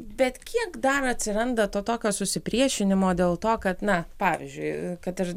bet kiek dar atsiranda to tokio susipriešinimo dėl to kad na pavyzdžiui kad ir